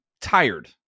tired